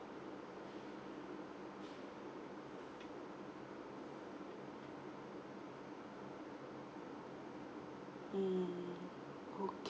mm okay